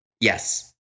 yes